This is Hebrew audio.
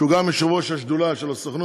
שהוא גם יושב-ראש השדולה של הסוכנות,